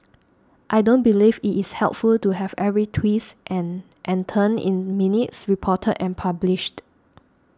I don't believe it is helpful to have every twist and and turn in minutes reported and published